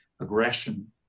aggression